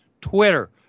Twitter